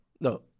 No